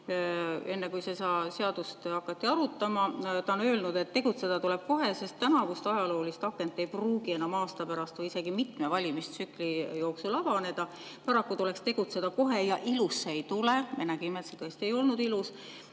enne kui seda seadust hakati arutama, et tegutseda tuleb kohe, sest tänavust ajaloolist akent ei pruugi enam aasta pärast või isegi mitme valimistsükli jooksul avaneda. "Paraku tuleks tegutseda kohe ja ilus see ei tule." Me nägime, et see tõesti ei olnud ilus.